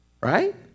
Right